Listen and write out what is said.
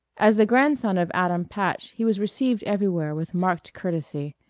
as the grandson of adam patch he was received everywhere with marked courtesy,